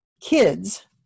kids